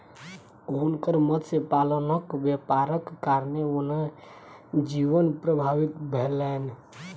हुनकर मत्स्य पालनक व्यापारक कारणेँ वन्य जीवन प्रभावित भेलैन